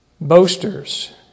boasters